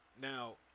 Now